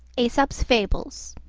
aesop's fables